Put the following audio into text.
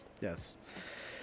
Yes